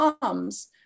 comes